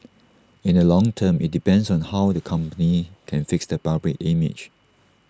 in the long term IT depends on how the company can fix their public image